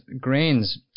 grains